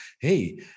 hey